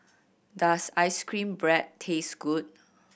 does ice cream bread taste good